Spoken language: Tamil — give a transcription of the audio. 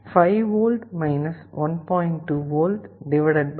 5V 1